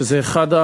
שזה אחד,